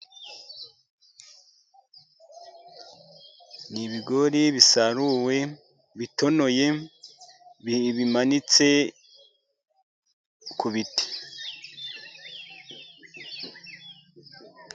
Ni ibigori bisaruwe, bitonoye, bimanitse ku biti.